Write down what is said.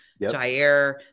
jair